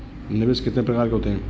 निवेश कितने प्रकार के होते हैं?